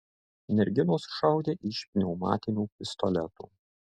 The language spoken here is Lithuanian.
merginos šaudė iš pneumatinių pistoletų